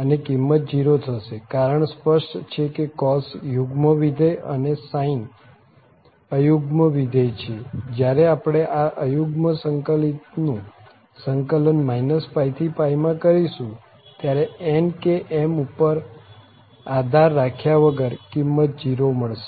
અને કિંમત 0 થશે કારણ સ્પષ્ટ છે કે cos યુગ્મ વિધેય અને sin અયુગ્મ વિધેય છે જયારે આપણે આ અયુગ્મ સંકલિતનું સંકલન -π થી π માં કરીશું ત્યારે n કે m ઉપર આધાર રાખ્યા વગર કિંમત 0 મળશે